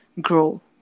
grow